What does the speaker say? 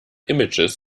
images